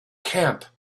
camp